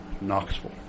Knoxville